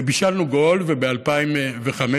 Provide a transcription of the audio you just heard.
ובישלנו גול, וב-2005